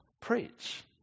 preach